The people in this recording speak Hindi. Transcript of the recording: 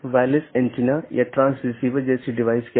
यह BGP का समर्थन करने के लिए कॉन्फ़िगर किया गया एक राउटर है